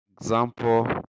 example